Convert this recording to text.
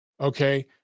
okay